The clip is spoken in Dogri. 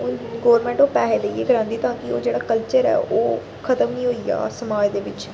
गोरमेंट ओह् पैहे देइयै करांदी तां कि ओह् जेह्ड़ा कल्चर ऐ ओह् खत्म नी होई जा समाज दे बिच्च